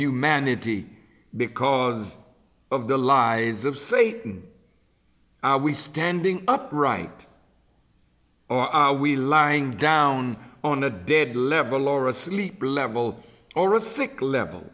humanity because of the lies of satan we standing up right or are we lying down on a dead level or asleep or level or a sick level